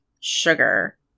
sugar